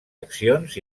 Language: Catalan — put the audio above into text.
accions